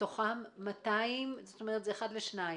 מתוכם 200, כלומר זה 1 ל-2.